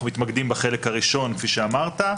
אנחנו מתמקדים בחלק הראשון, כפי שאמרת.